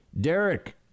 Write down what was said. Derek